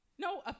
No